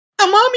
Mommy